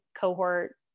Cohort